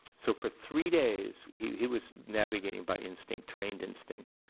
so for three days, he he was navigating by instinct, trained instinct.